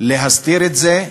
להסתיר את זה,